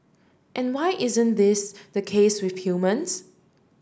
and why isn't this the case with humans